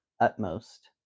Utmost